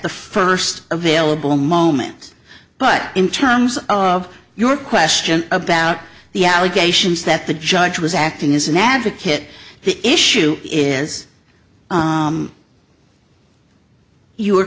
the first available moment but in terms of your question about the allegations that the judge was acting is inadequate the issue is you are